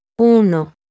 Uno